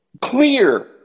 clear